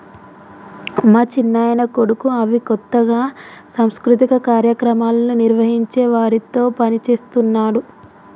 మా చిన్నాయన కొడుకు అవి కొత్తగా సాంస్కృతిక కార్యక్రమాలను నిర్వహించే వారితో పనిచేస్తున్నాడు